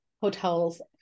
hotel's